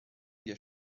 میگه